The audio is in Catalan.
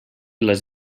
les